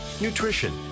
Nutrition